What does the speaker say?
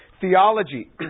Theology